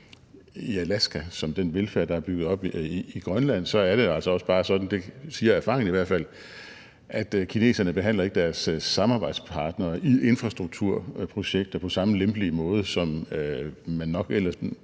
i Alaska som den, der er bygget op i Grønland, så er det altså også bare sådan – det siger erfaringen i hvert fald – at kineserne ikke behandler deres samarbejdspartnere i infrastrukturprojekter på samme lempelige måde, som man nok ellers